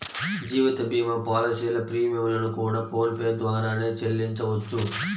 జీవిత భీమా పాలసీల ప్రీమియం లను కూడా ఫోన్ పే ద్వారానే చెల్లించవచ్చు